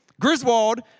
Griswold